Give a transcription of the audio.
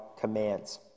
commands